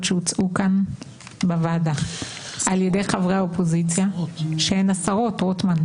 שהוצעו כאן בוועדה על ידי חברי האופוזיציה לא קיבלת.